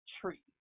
tree